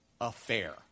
affair